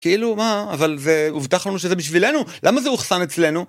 כאילו מה, אבל זה הובטח לנו שזה בשבילנו, למה זה אוכסן אצלנו?